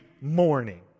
morning